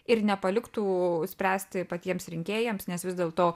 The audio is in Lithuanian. ir nepaliktų spręsti patiems rinkėjams nes vis dėl to